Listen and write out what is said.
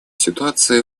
ситуации